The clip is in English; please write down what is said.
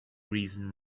reason